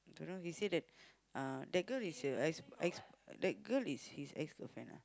don't know he say that uh that girl is a ex ex that girl is his ex girlfriend ah